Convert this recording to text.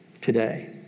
today